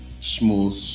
smooth